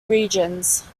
regions